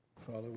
Father